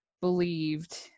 believed